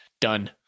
Done